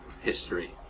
history